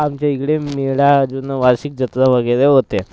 आमच्याइकडे मेळा अजून वार्षिक जत्रा वगैरे होते